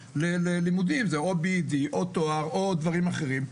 ללימודים: או BE.D או תואר או דברים אחרים.